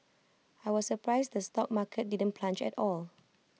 I was surprised the stock market didn't plunge at all